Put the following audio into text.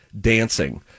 dancing